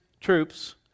troops